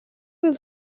will